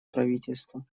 правительства